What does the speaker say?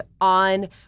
on